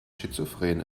schizophren